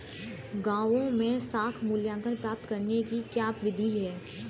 गाँवों में साख मूल्यांकन प्राप्त करने की क्या विधि है?